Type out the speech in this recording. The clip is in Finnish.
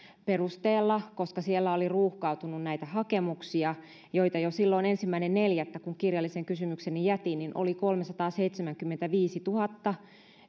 perusteella koska siellä oli ruuhkautunut näitä hakemuksia joita jo silloin ensimmäinen neljättä kun kirjallisen kysymykseni jätin oli kolmesataaseitsemänkymmentäviisituhatta